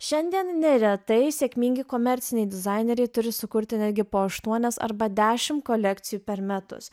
šiandien neretai sėkmingi komerciniai dizaineriai turi sukurti netgi po aštuonias arba dešim kolekcijų per metus